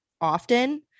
often